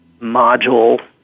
module